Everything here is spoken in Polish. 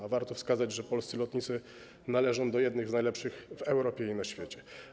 A warto wskazać, że polscy lotnicy należą do jednych z najlepszych w Europie i na świecie.